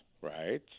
right